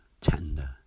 tender